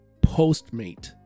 postmate